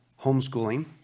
homeschooling